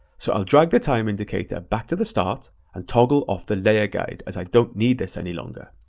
so i'll drag the time indicator back to the start and toggle off the layer guide as i don't need this any longer.